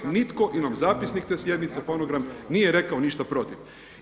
Nitko imam zapisnik te sjednice fonogram nije rekao ništa protiv.